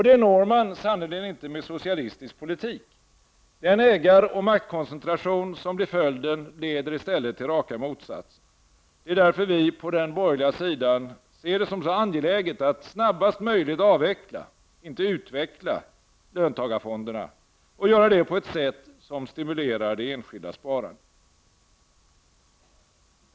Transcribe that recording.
Det når man sannerligen inte med socialistisk politik. Den ägar och maktkoncentration som blir följden leder i stället till raka motsatsen. Det är därför som vi på den borgerliga sidan ser det som så angeläget att snabbast möjligt avveckla -- och inte utveckla -- löntagarfonderna, och göra det på ett sätt som stimulerar det enskilda sparandet.